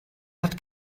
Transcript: hat